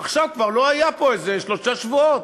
עכשיו הוא כבר לא היה פה איזה שלושה שבועות.